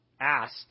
asked